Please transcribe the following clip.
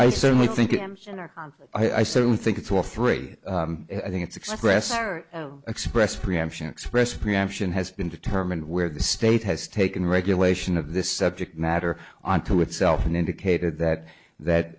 i certainly think him i certainly think it's all three i think it's expressed express preemption express preemption has been determined where the state has taken regulation of this subject matter onto itself and indicated that that